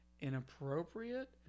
Inappropriate